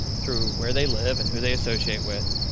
through where they live and who they associate with,